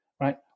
Right